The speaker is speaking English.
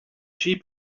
sheep